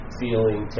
feeling